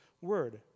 word